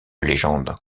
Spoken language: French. légende